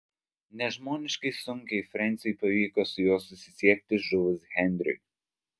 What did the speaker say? nežmoniškai sunkiai frensiui pavyko su juo susisiekti žuvus henriui